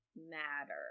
matter